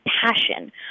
passion